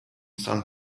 san